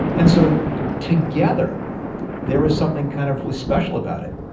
and so together there was something kind of special about it.